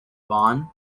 bonn